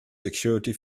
security